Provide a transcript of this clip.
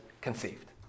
conceived